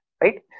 right